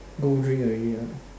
go drink already lah